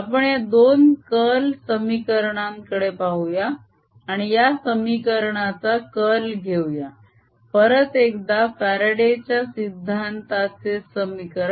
आपण या दोन कर्ल समीकरणाकडे पाहूया आणि या समीकरणाचा कर्ल घेऊया परत एकदा फ्यारडे च्या सिद्धांताचे समीकरण